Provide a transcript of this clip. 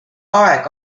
aeg